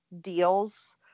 deals